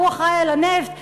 ההוא אחראי לנפט,